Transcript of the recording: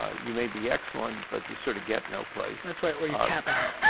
ah you may be excellent but you sorta get no place. that's right, where you cap out.